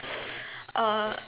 uh